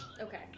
okay